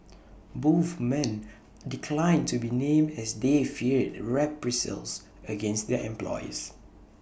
both men declined to be named as they feared reprisals against their employers